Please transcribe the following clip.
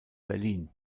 berlin